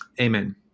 Amen